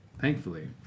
thankfully